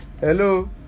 Hello